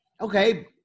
Okay